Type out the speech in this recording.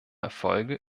erfolge